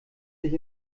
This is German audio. sich